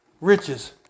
riches